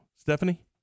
Stephanie